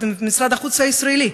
משרד החוץ ישראלי.